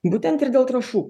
būtent ir dėl trąšų